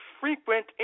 frequent